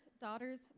daughters